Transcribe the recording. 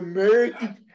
American